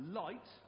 light